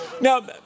Now